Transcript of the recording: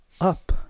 up